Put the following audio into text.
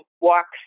walks